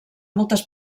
moltes